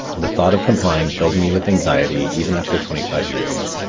the thought of complying fills me with anxiety even after twenty five years,